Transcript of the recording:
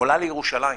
עולה לירושלים.